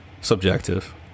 Subjective